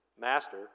Master